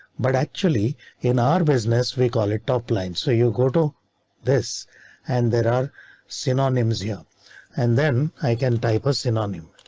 but actually in our business we call it offline. so you go to this and there are synonyms here and then i can in on him.